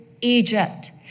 Egypt